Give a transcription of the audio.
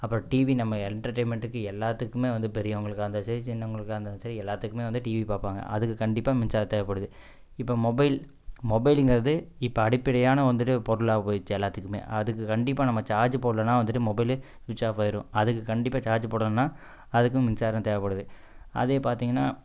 அப்புறம் டிவி நம்ம எண்டர்டைன்மெண்ட்டுக்கு எல்லாத்துக்குமே வந்து பெரியவங்களுக்கா இருந்தாலும் சரி சின்னவங்களுக்காக இருந்தாலும் சரி எல்லாத்துக்குமே வந்து டிவி பார்ப்பாங்க அதுக்கு கண்டிப்பாக மின்சாரம் தேவைப்படுது இப்போ மொபைல் மொபைலுங்கிறது இப்போ அடிப்படையான வந்துட்டு பொருளாக போயிடுச்சி எல்லாத்துக்குமே அதுக்கு கண்டிப்பாக நம்ம சார்ஜ் போடலானா வந்துட்டு மொபைல்லு சுவிட்ச் ஆஃப் ஆகிரும் அதுக்கு கண்டிப்பாக சார்ஜ் போடணும்னா அதுக்கும் மின்சாரம் தேவைப்படுது அதே பார்த்தீங்கன்னா